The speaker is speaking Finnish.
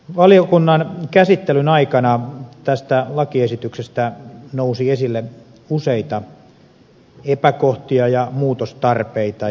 valiokunnan käsittelyn aikana tästä lakiesityksestä nousi esille useita epäkohtia ja muutostarpeita